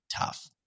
tough